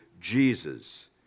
Jesus